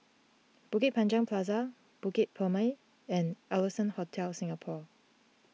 Bukit Panjang Plaza Bukit Purmei and Allson Hotel Singapore